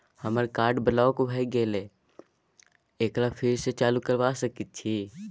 हमर card block भ गेले एकरा फेर स चालू करबा सके छि?